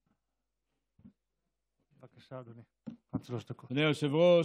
אדוני היושב-ראש,